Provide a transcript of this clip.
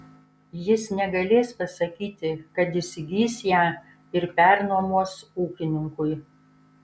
jis negalės pasakyti kad įsigys ją ir pernuomos ūkininkui